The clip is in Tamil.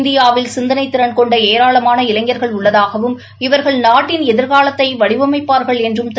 இந்தியாவில் சிந்தனைத் திறன் கொண்ட ஏராளமான இளைஞர்கள் உள்ளதாகவும் இவர்கள் நாட்டின் எதிர்காலத்தை வடிவமைப்பார்கள் என்றும் திரு